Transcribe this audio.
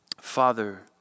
Father